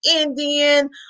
indian